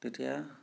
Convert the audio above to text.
তেতিয়া